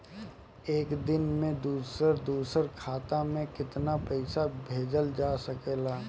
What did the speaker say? एक दिन में दूसर दूसर खाता में केतना पईसा भेजल जा सेकला?